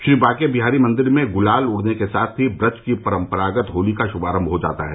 श्री बांके बिहारी मंदिर में गुलाल उड़ने के साथ ही व्रज की परम्परागत होली का श्भारम्भ हो जाता है